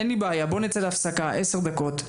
אין לי בעיה בוא נצא להפסקה עשר דקות,